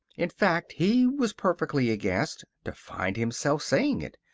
in fact, he was perfectly aghast to find himself saying it.